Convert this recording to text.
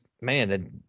man